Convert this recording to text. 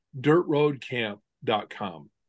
dirtroadcamp.com